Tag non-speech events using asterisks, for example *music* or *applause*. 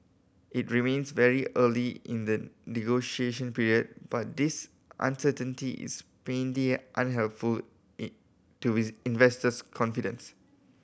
it remains very early in the negotiation period but this uncertainty is plainly unhelpful in to *unintelligible* investors confidence